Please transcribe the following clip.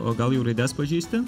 o gal jau raides pažįsti